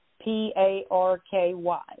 P-A-R-K-Y